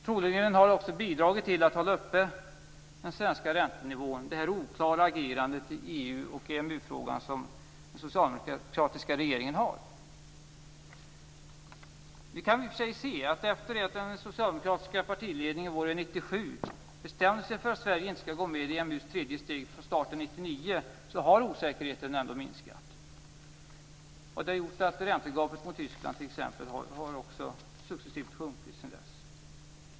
Troligen har den socialdemokratiska regeringens oklara agerande i EU och EMU-frågorna bidragit till att hålla den svenska räntenivån uppe. Vi kan i och för sig se att osäkerheten har minskat efter det att den socialdemokratiska partiledningen våren 1997 bestämde sig för att Sverige inte skulle gå med i EMU:s tredje steg från starten 1999. Det har t.ex. gjort att räntegapet mot Tyskland har sjunkit successivt sedan dess.